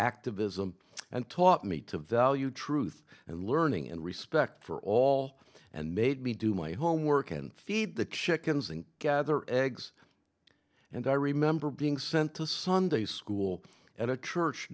activism and taught me to value truth and learning and respect for all and made me do my homework and feed the chickens and gather eggs and i remember being sent to sunday school at a church